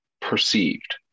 perceived